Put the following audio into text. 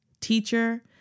teacher